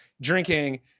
drinking